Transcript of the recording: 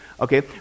Okay